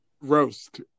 roast